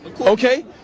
Okay